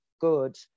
good